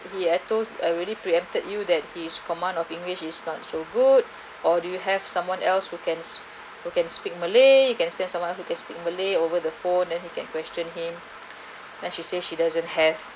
he I told I already preempted you that his command of english is not so good or do you have someone else who can who can speak malay you can send someone who can speak malay over the phone then he can question him then she say she doesn't have